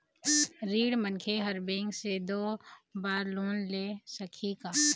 ऋणी मनखे हर बैंक से दो बार लोन ले सकही का?